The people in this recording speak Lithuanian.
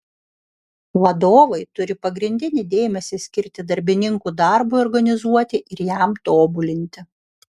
vadovai turi pagrindinį dėmesį skirti darbininkų darbui organizuoti ir jam tobulinti